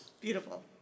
Beautiful